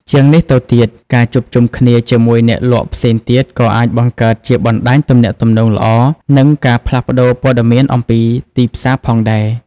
ជាងនេះទៅទៀត ការជួបជុំគ្នាជាមួយអ្នកលក់ផ្សេងទៀតក៏អាចបង្កើតជាបណ្តាញទំនាក់ទំនងល្អ និងការផ្លាស់ប្តូរព័ត៌មានអំពីទីផ្សារផងដែរ។